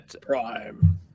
Prime